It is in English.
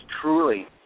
truly